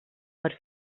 per